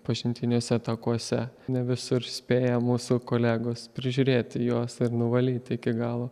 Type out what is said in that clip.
pažintiniuose takuose ne visur spėja mūsų kolegos prižiūrėti juos ir nuvalyt iki galo